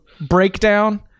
breakdown